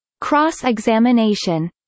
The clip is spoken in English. Cross-examination